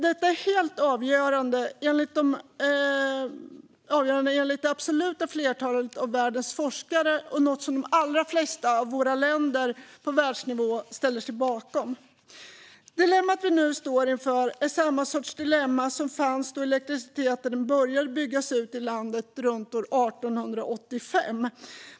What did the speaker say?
Detta är helt avgörande, enligt det absoluta flertalet av världens forskare, och något som de allra flesta länder på världsnivå ställer sig bakom. Dilemmat vi nu står inför är samma sorts dilemma som fanns då elektriciteten började byggas ut i landet runt 1885.